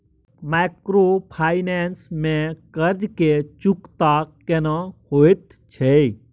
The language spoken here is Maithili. माइक्रोफाइनेंस में कर्ज के चुकता केना होयत छै?